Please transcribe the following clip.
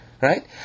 Right